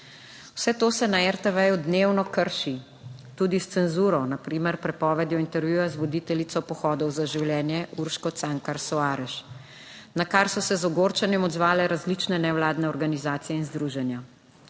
Vse to se na RTV dnevno krši tudi s cenzuro, na primer prepovedjo intervjuja z voditeljico Pohodov za življenje Urško Cankar Soares, na kar so se z ogorčenjem odzvale različne nevladne organizacije in združenja.